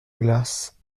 glace